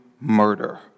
murder